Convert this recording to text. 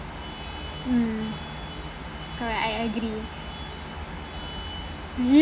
mm correct I agree